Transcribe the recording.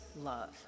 love